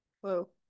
Whoa